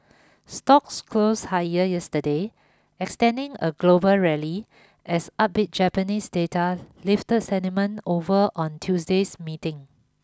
stocks closed higher yesterday extending a global rally as upbeat Japanese data lifted sentiment over on Tuesday's meeting